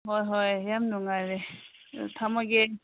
ꯍꯣꯏ ꯍꯣꯏ ꯌꯥꯝ ꯅꯨꯡꯉꯥꯏꯔꯦ ꯊꯝꯃꯒꯦ